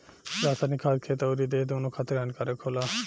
रासायनिक खाद खेत अउरी देह दूनो खातिर हानिकारक होला